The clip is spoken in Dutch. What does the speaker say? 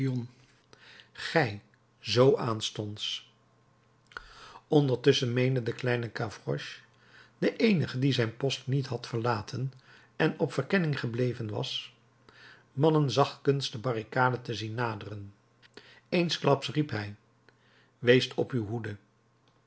gij zoo aanstonds ondertusschen meende de kleine gavroche de eenige die zijn post niet had verlaten en op verkenning gebleven was mannen zachtkens de barricade te zien naderen eensklaps riep hij weest op uw hoede